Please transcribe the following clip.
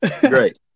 great